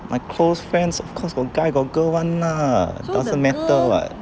my close friends of course got guy got girl [one] ah doesn't matter [what]